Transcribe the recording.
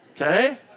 okay